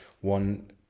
One